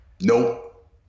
nope